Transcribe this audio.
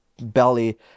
belly